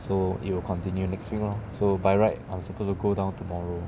so it will continue next week lor so by right I'm supposed to go down tomorrow